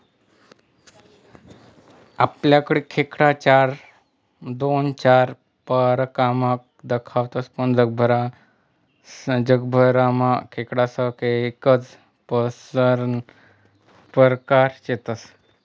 आपलाकडे खेकडा दोन चार परकारमा दखातस पण जगभरमा खेकडास्ना कैकज परकार शेतस